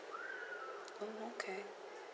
oh okay